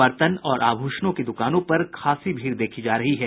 बर्तन और आभूषणों की द्रकानों पर खासी भीड़ देखी जा रही है